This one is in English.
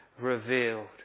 revealed